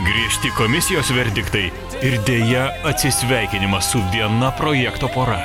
griežti komisijos verdiktai ir deja atsisveikinimas su viena projekto pora